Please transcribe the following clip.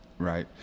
Right